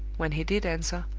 when he did answer,